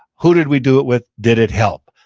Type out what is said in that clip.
who did we do it with? did it help?